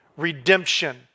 Redemption